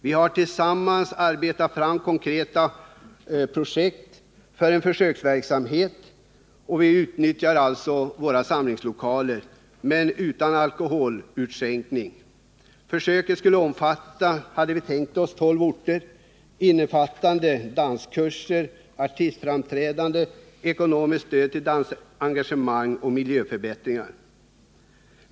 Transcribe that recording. Vi har tillsammans arbetat fram konkreta projekt för en försöksverksamhet där vi också skulle kunna utnyttja våra samlingslokaler, men då utan alkoholutskänkning. Vi har tänkt oss att försöket skulle omfatta tolv orter och innefatta bl.a. danskurser, artistframträdanden, ekonomiskt stöd till dansengagemang och miljöförbättringar.